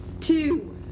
Two